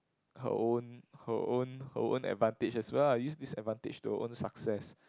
her own her own her own advantage as well lah use this advantage to her own success